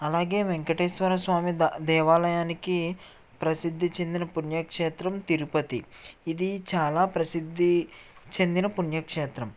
అలాగే వేంకటేశ్వర స్వామి ద దేవాలయానికి ప్రసిద్ధి చెందిన పుణ్యక్షేత్రం తిరుపతి ఇది చాలా ప్రసిద్ధి చెందిన పుణ్యక్షేత్రం